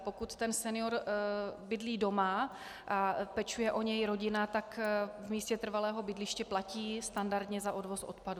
Pokud senior bydlí doma a pečuje o něj rodina, tak v místě trvalého bydliště platí standardně za odvoz odpadu.